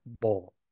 bowl